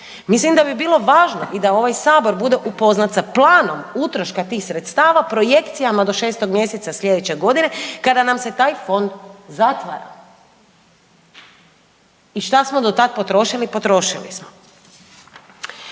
Mislim da bi bilo važno i da ovaj Sabor bude upoznat sa planom utroška tih sredstava, projekcijama do 6. mj. sljedeće godine kada nam se taj Fond zatvara. I šta smo do tad potrošili, potrošili smo.